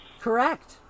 Correct